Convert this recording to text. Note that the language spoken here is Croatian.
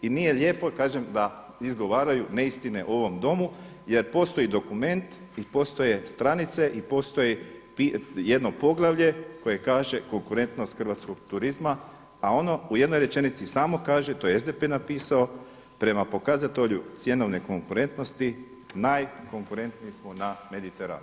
I nije lijepo, kažem, da izgovaraju neistine u ovom domu jer postoji dokument, i postoje stranice, i postoji jedno poglavlje koje kaže konkurentnost hrvatskog turizma, a ono u jednoj rečenici samo kaže, to je SDP-e napisao, prema pokazatelju cjenovne konkurentnosti najkonkurentniji smo na Mediteranu.